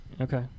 Okay